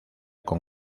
con